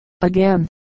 Again